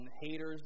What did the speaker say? haters